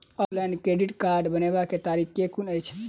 Offline credit card बनाबै केँ तरीका केँ कुन अछि?